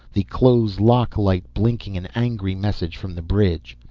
the close lock light blinking an angry message from the bridge.